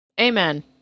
Amen